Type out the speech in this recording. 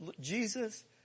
Jesus